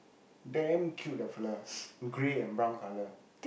damn cute the fellow grey and brown color